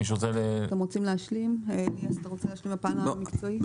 אליאס אתה רוצה להשלים בפן המקצועי?